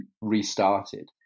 restarted